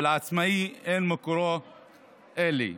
ולעצמאי אין מקורות אלה.